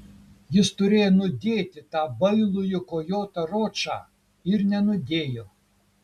jis turėjo nudėti tą bailųjį kojotą ročą ir nenudėjo